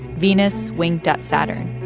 venus winked at saturn.